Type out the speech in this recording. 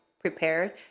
Prepared